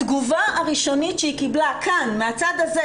התגובה הראשונית שהיא קיבלה כאן מהצד הזה,